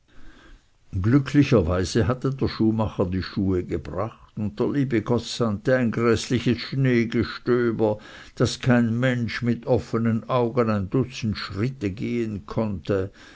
glücklicherweise hatte der schuhmacher die schuhe gebracht und der liebe gott sandte ein gräßliches schneegestöber daß kein mensch mit offenen augen ein dutzend schritte gehen konnte